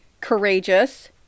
courageous